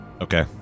Okay